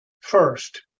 first